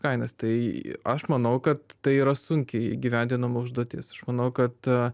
kainas tai aš manau kad tai yra sunkiai įgyvendinama užduotis aš manau kad